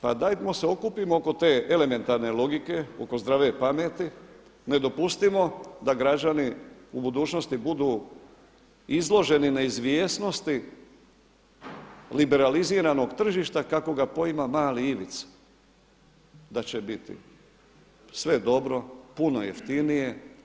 Pa dajmo se okupimo oko te elementarne logike, oko zdrave pameti, ne dopustimo da građani u budućnosti budu izloženi neizvjesnosti liberaliziranog tržišta kako ga poima mali Ivica da će biti sve dobro, puno jeftinije.